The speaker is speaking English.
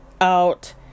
out